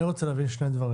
אני רוצה להבין אל"ף,